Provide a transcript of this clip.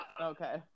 okay